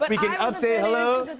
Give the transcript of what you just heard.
but weekend update hello!